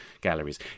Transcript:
galleries